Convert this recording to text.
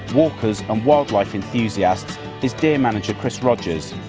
walkers and wildlife enthusiasts is deer manager chris rogers.